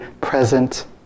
present